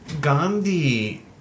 Gandhi